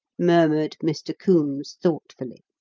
murmured mr. coombes thoughtfully.